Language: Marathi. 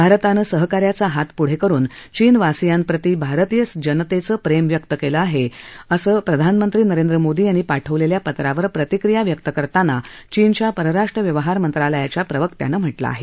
भारतानं सहकार्याचा हात पुढे करुन चीनवासियांप्रती भारतीय जनतेचं प्रेम व्यक्त केलं आहे असं प्रधानमंत्री नरेंद्र मोदी यांनी पाठवलेल्या पत्रावर प्रतिक्रिया व्यक्त करताना चीनच्या परराष्ट्र व्यवहार मंत्रालयाच्या प्रवक्त्यानं सांगितलं